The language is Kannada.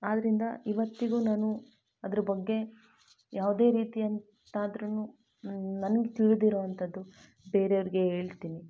ಆದ್ದರಿಂದ ಇವತ್ತಿಗೂ ನಾನು ಅದ್ರ ಬಗ್ಗೆ ಯಾವುದೇ ರೀತಿಯಂತಾದ್ರೂ ನಾನು ನನ್ಗೆ ತಿಳಿದಿರೋಂಥದ್ದು ಬೇರೆಯವರಿಗೆ ಹೇಳ್ತೀನಿ